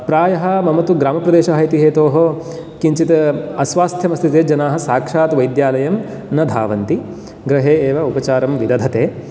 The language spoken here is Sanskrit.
प्रायः मम तु ग्रामप्रदेशः इति हेतोः किञ्चित् अस्वास्थ्यम् अस्ति चेत् जनाः साक्षात् वैद्यालयं न धावन्ति गृहे एव उपचारं विदधते